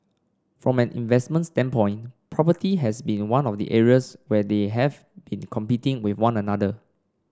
from an investment standpoint property has been one of the areas where they have been competing with one another